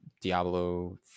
diablo